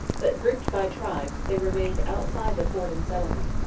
but, grouped by tribes, they remained outside the fort and settlement,